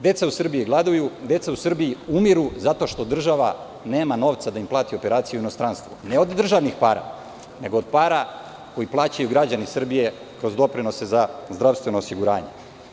Deca u Srbiji gladuju, deca u Srbiji umiru, zato što država nema novca da im plati operaciju u inostranstvu, ne od državnih para, nego od para koje plaćaju građani Srbije kroz doprinose za zdravstveno osiguranje.